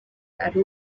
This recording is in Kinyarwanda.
ari